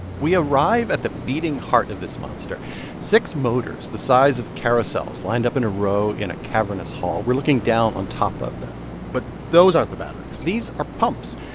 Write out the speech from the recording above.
we arrive at the beating heart of this monster six motors the size of carousels lined up in a row in a cavernous hall. we're looking down on top of them but those aren't the batteries these are pumps.